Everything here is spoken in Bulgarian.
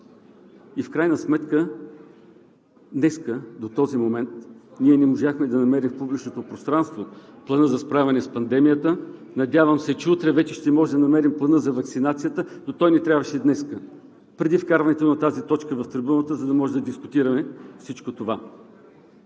И в крайна сметка днес – до този момент, ние не можахме да намерим в публичното пространство Плана за справяне с пандемията, надявам се, че утре вече ще можем да намерим Плана за ваксинацията, но той ни трябваше днес преди вкарването на тази точка, за да можем да дискутираме всичко това.